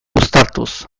uztartuz